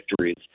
victories